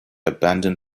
abandon